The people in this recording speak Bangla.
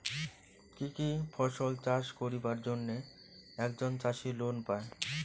কি কি ফসল চাষ করিবার জন্যে একজন চাষী লোন পায়?